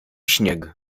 śnieg